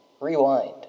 rewind